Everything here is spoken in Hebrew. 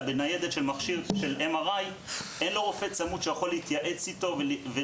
במכשיר MRI אין רופא צמוד שהוא יכול להתייעץ איתו.